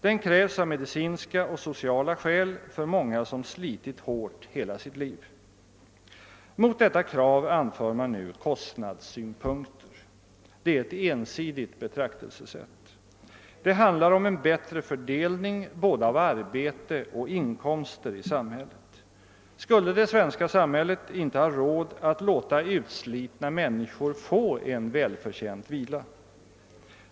Den krävs av medicinska och sociala skäl för många som slitit hårt hela sitt liv. Mot detta krav anför man nu kostnadssynpunkter. Det är ett ensidigt betraktelsesätt. Det handlar om en bättre fördelning av både arbete och inkomster i samhället. Skulle det svenska samhället inte ha råd att låta utslitna människor få en välförtjänt vila?